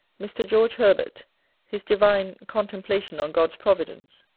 mr. george herbert his divine contemplation on god's providence.